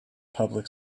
public